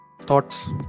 thoughts